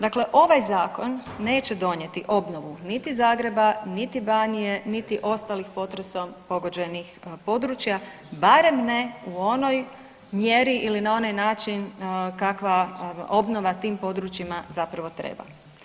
Dakle, ovaj zakon neće donijeti obnovu niti Zagreba, niti Banije, niti ostalih potresom pogođenih područja barem ne u onoj mjeri ili na onaj način kakva obnova tim područjima zapravo treba.